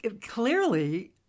clearly